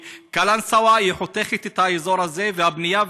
קלנסואה חותכת את האזור הזה ואת הבנייה.